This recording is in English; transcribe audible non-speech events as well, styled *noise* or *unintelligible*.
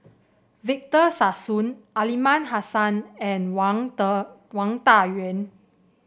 Victor Sassoon Aliman Hassan and Wang *unintelligible* Wang Dayuan